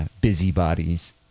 busybodies